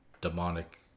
demonic